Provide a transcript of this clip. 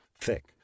thick